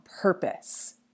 purpose